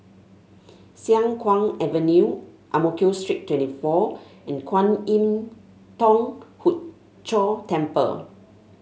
Siang Kuang Avenue Ang Mo Kio Street twenty four and Kwan Im Thong Hood Cho Temple